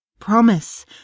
Promise